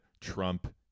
Trump